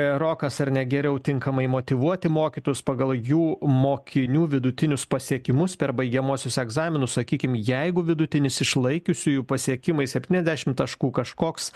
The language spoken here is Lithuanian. rokas ar negeriau tinkamai motyvuoti mokytojus pagal jų mokinių vidutinius pasiekimus per baigiamuosius egzaminus sakykim jeigu vidutinis išlaikiusiųjų pasiekimai septyniasdešim taškų kažkoks